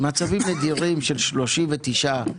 במצבים נדירים של 39%,